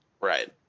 Right